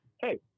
hey